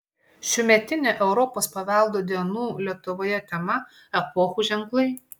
šiųmetinė europos paveldo dienų lietuvoje tema epochų ženklai